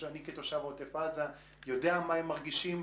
אני כתושב עוטף עזה יודע מה הם מרגישים,